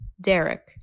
Derek